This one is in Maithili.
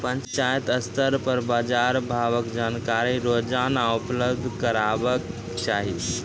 पंचायत स्तर पर बाजार भावक जानकारी रोजाना उपलब्ध करैवाक चाही?